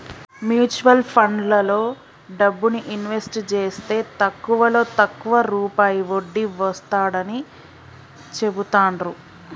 mutual ఫండ్లలో డబ్బుని invest జేస్తే తక్కువలో తక్కువ రూపాయి వడ్డీ వస్తాడని చెబుతాండ్రు